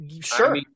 sure